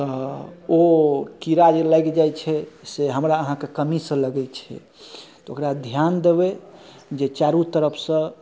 तै दुआरे ओ कीड़ा जे लागि जाइ छै से हमरा अहाँके कमीसँ लगै छै ओकरा ध्यान देबै जे चारू तरफसँ